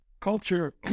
Culture